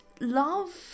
love